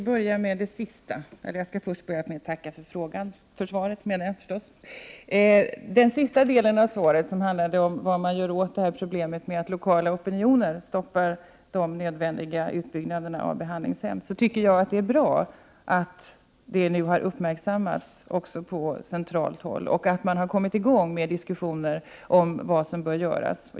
Herr talman! Jag skall börja med att tacka för svaret. 29 maj 1989 Den sista delen av svaret handlade om vad man gör åt problemet att lokala opinioner stoppar de nödvändiga utbyggnaderna av behandlingshem. Jag tycker att det är bra att det nu har uppmärksammats också på centralt håll och att man har kommit i gång med diskussioner om vad som bör göras.